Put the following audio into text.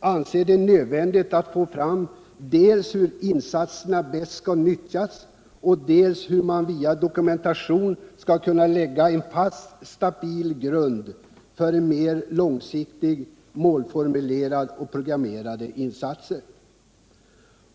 anser det nödvändigt att få fram dels hur insatserna bäst skall nyttjas, dels hur man via dokumentation skall kunna lägga en fast stabil grund för mera långsiktigt målformulerade och programmerade insatser.